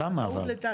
למה אבל?